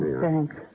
Thanks